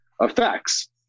effects